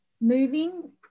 moving